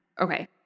Okay